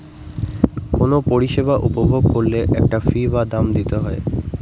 কোনো পরিষেবা উপভোগ করলে একটা ফী বা দাম দিতে হয়